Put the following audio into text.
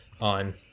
on